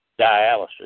dialysis